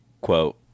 quote